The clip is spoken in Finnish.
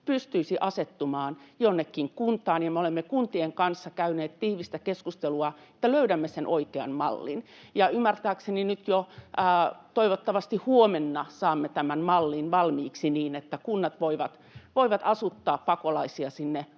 pystyisi asettumaan jonnekin kuntaan, ja me olemme kuntien kanssa käyneet tiivistä keskustelua, että löydämme sen oikean mallin. Ja ymmärtääkseni nyt, toivottavasti jo huomenna, saamme tämän mallin valmiiksi, niin että kunnat voivat asuttaa pakolaisia omiin